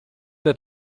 der